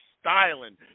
styling